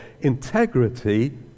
Integrity